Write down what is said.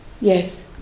yes